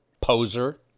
poser